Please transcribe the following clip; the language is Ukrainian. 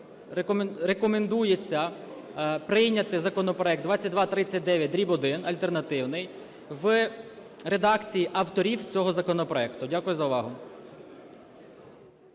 рекомендується прийняти законопроект 2239-1 (альтернативний) в редакції авторів цього законопроекту. Дякую за увагу.